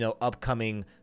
upcoming